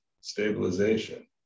stabilization